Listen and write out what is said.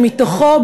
שמתוכו,